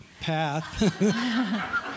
path